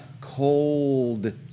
cold